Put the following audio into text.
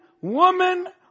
woman